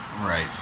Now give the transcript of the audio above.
Right